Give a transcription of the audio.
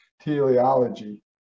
teleology